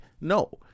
No